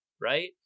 right